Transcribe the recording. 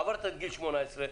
עברת את גיל 18,